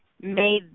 made